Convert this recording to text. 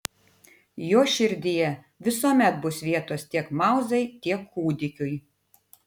jo širdyje visuomet bus vietos tiek mauzai tiek kūdikiui